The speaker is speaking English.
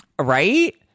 Right